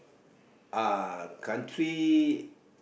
uh country